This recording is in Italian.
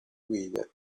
guide